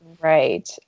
Right